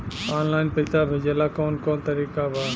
Online पइसा भेजेला कवन कवन तरीका बा?